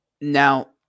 Now